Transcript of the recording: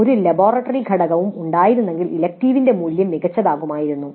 "ഒരു ലബോറട്ടറി ഘടകവും ഉണ്ടായിരുന്നെങ്കിൽ ഇലക്ടീവിൻ്റെ മൂല്യം മികച്ചതാകുമായിരുന്നു